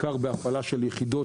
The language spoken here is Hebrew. בעיקר בהפעלה של יחידות,